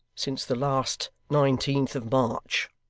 since the last nineteenth of march